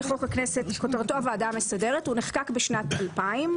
הוא נחקק בשנת 2000,